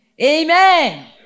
Amen